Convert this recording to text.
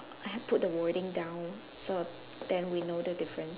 I put the wording down so then we know the difference